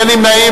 אין נמנעים,